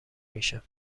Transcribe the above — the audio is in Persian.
میشه